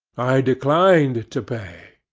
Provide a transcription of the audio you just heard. i declined to pay.